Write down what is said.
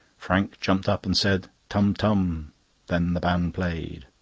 frank jumped up and said tum, tum then the band played.